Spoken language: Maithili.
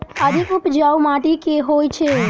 अधिक उपजाउ माटि केँ होइ छै?